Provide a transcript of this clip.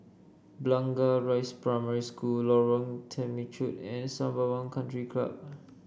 Blangah Rise Primary School Lorong Temechut and Sembawang Country Club